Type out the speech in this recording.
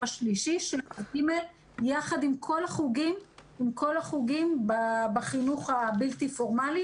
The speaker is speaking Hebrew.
השלישי יחד עם כל החוגים בחינוך הבלתי פורמלי.